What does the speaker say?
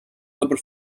obair